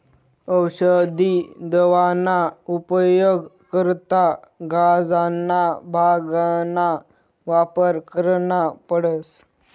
औसदी दवाना उपेग करता गांजाना, भांगना वापर करना पडस